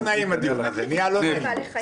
הדיון הזה נהיה לא נעים.